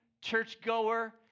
churchgoer